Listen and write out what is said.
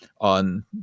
on